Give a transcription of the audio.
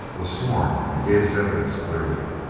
was sworn and gave his evidence clearly.